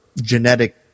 genetic